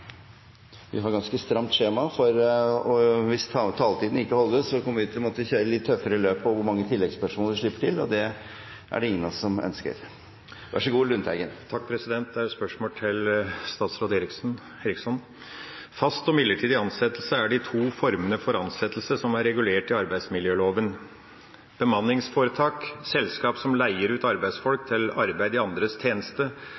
Vi har et ganske stramt skjema, og hvis taletiden ikke holdes, kommer vi til å måtte kjøre litt tøffere løp på hvor mange oppfølgingsspørsmål vi slipper til, og det er det ingen av oss som ønsker. Det er et spørsmål til statsråd Eriksson. Fast og midlertidig ansettelse er de to formene for ansettelse som er regulert i arbeidsmiljøloven. Antall bemanningsforetak, selskap som leier ut arbeidsfolk til arbeid i andres tjeneste,